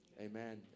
amen